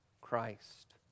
Christ